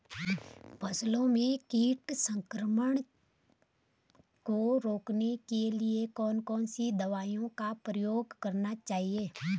फसलों में कीट संक्रमण को रोकने के लिए कौन कौन सी दवाओं का उपयोग करना चाहिए?